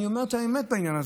אני אומר את האמת בעניין הזה,